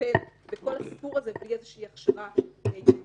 לטפל בכל הסיפור הזה בלי איזושהי הכשרה ייעודית,